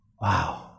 wow